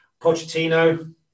Pochettino